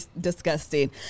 disgusting